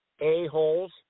a-holes